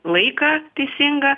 laiką teisingą